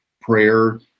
prayer